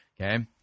okay